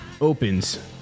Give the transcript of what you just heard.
opens